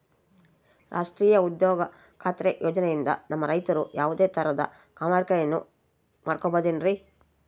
ರಾಷ್ಟ್ರೇಯ ಉದ್ಯೋಗ ಖಾತ್ರಿ ಯೋಜನೆಯಿಂದ ನಮ್ಮ ರೈತರು ಯಾವುದೇ ತರಹದ ಕಾಮಗಾರಿಯನ್ನು ಮಾಡ್ಕೋಬಹುದ್ರಿ?